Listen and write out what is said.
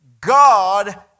God